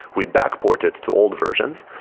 we back port it to old versions,